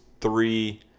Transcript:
three